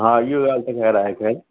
हा इहो ॻाल्हि त ख़ैर आहे ख़ैर